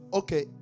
okay